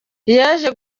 yaje